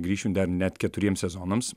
grįšiu dar net keturiems sezonams